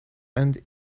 and